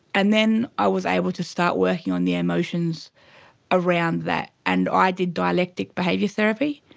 and then i was able to start working on the emotions around that, and i did dialectic behaviour therapy,